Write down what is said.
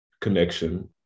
connection